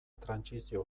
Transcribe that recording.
trantsizio